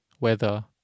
weather